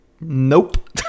Nope